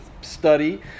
study